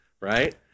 right